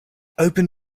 open